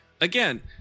again